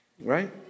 right